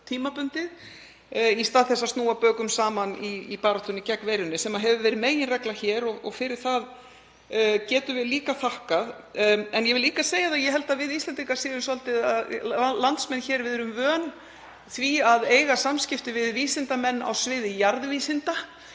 í stað þess að snúa bökum saman í baráttunni gegn veirunni. Það hefur verið meginregla hér og fyrir það getum við líka þakkað. En ég vil líka segja að ég held að við landsmenn séum svolítið vön því að eiga samskipti við vísindamenn á sviði jarðvísinda